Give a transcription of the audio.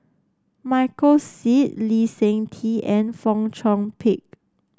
Michael Seet Lee Seng Tee and Fong Chong Pik